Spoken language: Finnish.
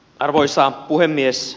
arvoisa puhemies